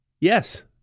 Yes